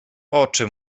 oczy